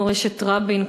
מורשת רבין,